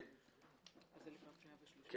אתה רוצה את זה לקראת קריאה שנייה ושלישית?